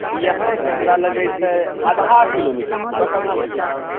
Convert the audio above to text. यहाँ सँ हमरा लगै छै आधा किलोमीटर होतै बस आधा किलोमीटर